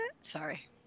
Sorry